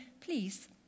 please